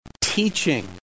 Teaching